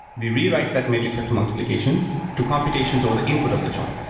we rewrite that matrix vector multiplication to computations over the input of the join.